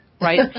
Right